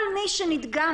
כל מי שנדגם,